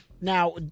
Now